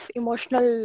emotional